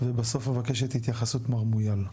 ובסוף אבקש את התייחסות מר מויאל.